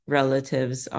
relatives